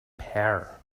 power